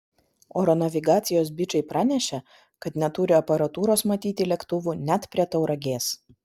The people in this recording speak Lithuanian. oro navigacijos bičai pranešė kad neturi aparatūros matyti lėktuvų net prie tauragės